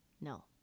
No